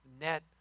net